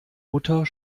mutter